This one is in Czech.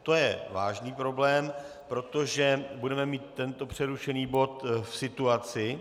To je vážný problém, protože budeme mít tento přerušený bod v situaci...